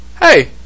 Hey